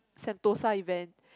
Sentosa event